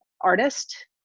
artist